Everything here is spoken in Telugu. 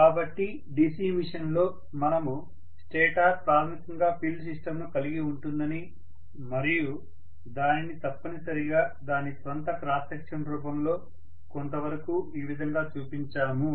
కాబట్టి DC మెషిన్ లో మనము స్టేటార్ ప్రాథమికంగా ఫీల్డ్ సిస్టంను కలిగి ఉంటుందని మరియు దానిని తప్పనిసరిగా దాని స్వంత క్రాస్ సెక్షన్ రూపంలో కొంతవరకు ఈ విధంగా చూపించాము